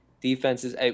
defenses